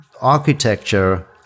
architecture